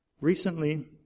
Recently